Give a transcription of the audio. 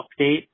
update